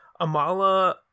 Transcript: Amala